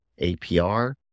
APR